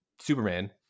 Superman